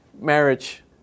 marriage